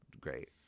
great